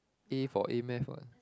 A for a-math what